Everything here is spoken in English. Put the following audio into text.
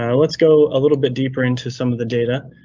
um let's go a little bit deeper into some of the data.